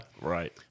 Right